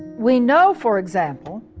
we know, for example,